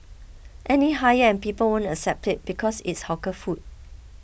any higher and people won't accept it because it's hawker food